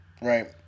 right